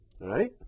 right